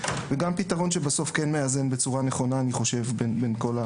וגם פתרון שבסוף כן מאזן בצורה נכונה בין כל ההצעות.